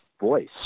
Voice